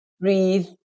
breathe